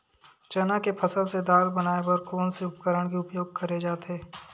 चना के फसल से दाल बनाये बर कोन से उपकरण के उपयोग करे जाथे?